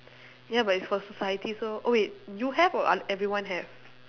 ya but is for society so oh wait you have or uh everyone have